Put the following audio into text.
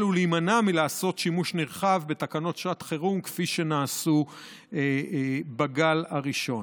ולהימנע מלעשות שימוש נרחב בתקנות שעת חירום כפי שנעשה בגל הראשון.